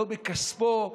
לא בכספו,